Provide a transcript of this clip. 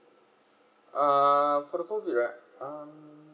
uh for the COVID right um